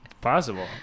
Possible